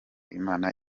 imana